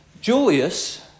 julius